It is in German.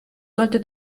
sollte